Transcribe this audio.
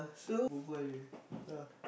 so berbual je ah